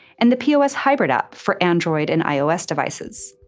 and the pos hybrid app for android and ios devices.